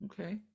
Okay